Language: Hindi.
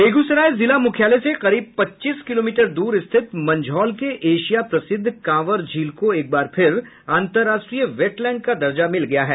बेगूसराय जिला मुख्यालय से करीब पच्चीस किलोमीटर दूर स्थित मंझौल के एशिया प्रसिद्ध कांवर झील को एक बार फिर अंतराष्ट्रीय वेटलैंड का दर्जा मिल गया है